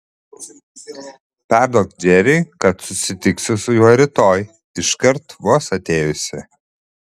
perduok džeriui kad susitiksiu su juo rytoj iškart vos atėjusi